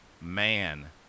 Man